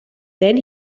then